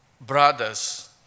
brothers